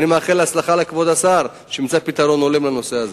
אני מאחל הצלחה לכבוד השר שימצא פתרון הולם לנושא הזה.